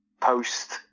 post